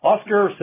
Oscar